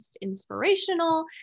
inspirational